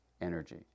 energy